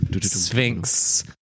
sphinx